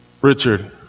Richard